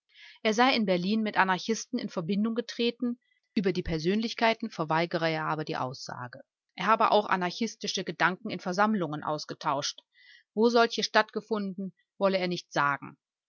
er sei in berlin mit anarchisten in verbindung getreten über die persönlichkeiten verweigere er aber die aussage er habe auch anarchistische gedanken in versammlungen ausgetauscht wo solche stattgefunden wolle er nicht sagen